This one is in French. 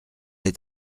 est